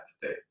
today